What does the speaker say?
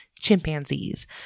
chimpanzees